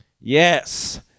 Yes